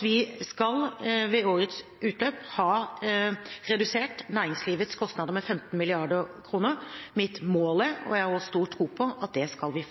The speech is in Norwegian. Vi skal ved årets utløp ha redusert næringslivets kostnader med 15 mrd. kr. Mitt mål er – og det har jeg stor tro på – at det skal vi